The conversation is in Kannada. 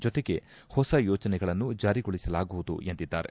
ಜತೆಗೆ ಹೊಸ ಯೋಜನೆಗಳನ್ನು ಜಾರಿಗೊಳಿಸಲಾಗುವುದು ಎಂದಿದ್ದಾರೆ